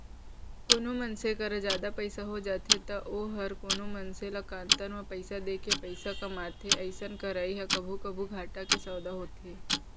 कोनो मनसे करा जादा पइसा हो जाथे तौ वोहर कोनो मनसे ल कन्तर म पइसा देके पइसा कमाथे अइसन करई ह कभू कभू घाटा के सौंदा होथे